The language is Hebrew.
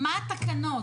מה התקנות?